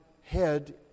head